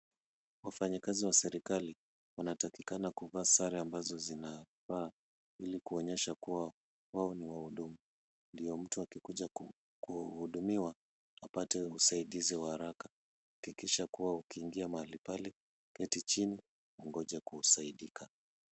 Wafanyakazi wa serikali wanatakikana kuvaa sare ambazo zina paa ili kuonyesha kuwa wao ni wahudumu, ndio mtu akikuja kuhudumia apate usaidizi wa haraka. Hakikisha kuwa ukiingia mahali pale keti chini ungoje kusaidika.